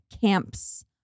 camps